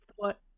thought